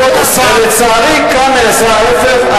אבל לצערי כאן נעשה ההיפך.